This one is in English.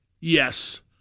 yes